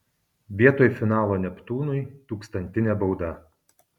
vietoj finalo neptūnui tūkstantinė bauda